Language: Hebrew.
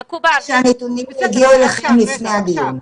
אני מבטיחה שהנתונים יגיעו אליכם לפני הדיון.